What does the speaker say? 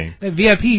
VIP